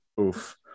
oof